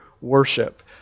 worship